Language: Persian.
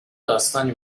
داستانی